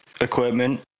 equipment